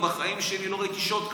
בחיים שלי לא ראיתי שוד כזה.